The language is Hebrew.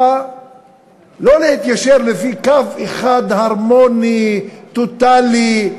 צריכה לא להתיישר לפי קו אחד הרמוני, טוטלי.